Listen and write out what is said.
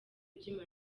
ibyuma